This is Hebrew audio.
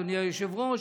אדוני היושב-ראש,